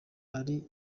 ari